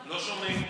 לא שומעים.